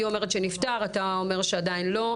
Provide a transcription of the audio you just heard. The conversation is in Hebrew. היא אומרת שנפתר אתה אומר שעדיין לא.